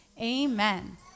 Amen